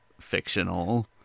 fictional